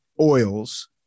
oils